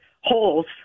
holes